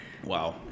Wow